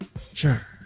Sure